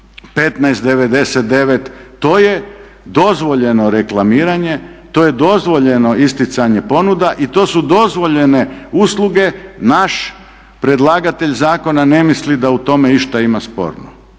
15,99. To je dozvoljeno reklamiranje, to je dozvoljeno isticanje ponuda i to su dozvoljene usluge. Naš predlagatelj zakona ne misli da u tome išta ima sporno.